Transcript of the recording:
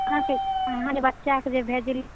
अहाँके अहाँ जे बच्चाकेँ जे भेजली